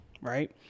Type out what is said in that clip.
right